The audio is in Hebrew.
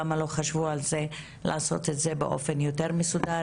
למה לא חשבו לעשות את זה באופן יותר מסודר?